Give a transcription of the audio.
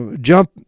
jump